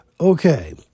okay